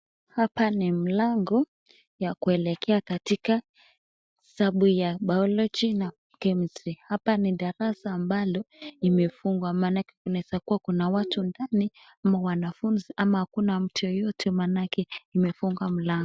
Hapa ni mlango ya kuelekea katika Sabu ya baology na chemistry hapa ni darasa ambalo imefungwa manake unaesa kuwa Kuna watu ndani yake ama wanafunzi ama hakuna mtu yoyote manake imefungwa mlango.